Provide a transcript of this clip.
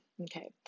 Okay